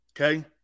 Okay